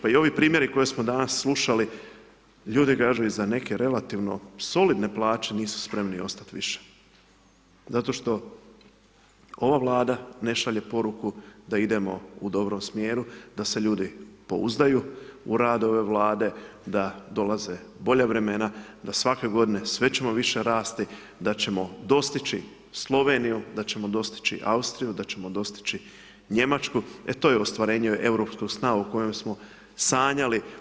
Pa i ovi primjeri koje smo danas slušali, ljudi kažu i za neke relativno solidne plaće nisu spremni ostat više, zato što ova Vlada ne šalje poruku da idemo u dobrom smjeru da se ljudi pouzdaju u rad ove Vlade, da dolaze bolja vremena, da svake godine sve ćemo više rasti, da ćemo dostići Sloveniju, da ćemo dostići Austriju, da ćemo dostići Njemačku, e to je ostvarenje europskog sna o koje smo sanjali.